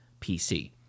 PC